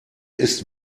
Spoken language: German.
ist